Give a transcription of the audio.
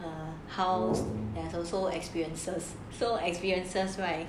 eh house there is also experiences so experiences right